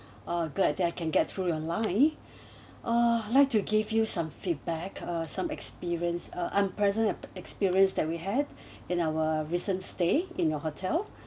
oh glad that I can get through your line uh I'd like to give you some feedback uh some experience uh unpleasant experience that we had in our recent stay in your hotel